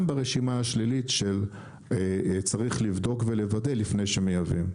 ברשימה השלילית של צריך לבדוק ולוודא לפני שמייבאים.